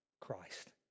Christ